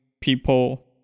people